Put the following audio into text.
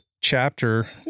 chapter